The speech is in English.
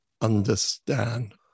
understand